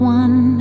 one